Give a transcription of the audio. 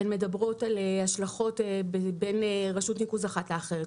מדברות על השלכות בין רשות ניקוז אחת לאחרת.